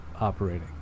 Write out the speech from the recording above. operating